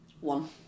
One